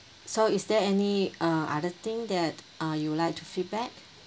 so is there any uh other thing that uh you would like to feedback